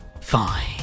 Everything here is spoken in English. fine